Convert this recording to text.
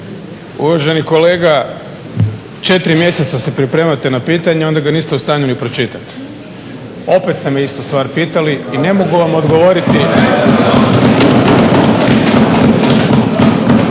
Uvaženi kolega, 4 mjeseca se pripremate na pitanje onda ga niste u stanju ni pročitati. Opet ste me istu stvar pitali i ne mogu vam odgovoriti.